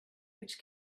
which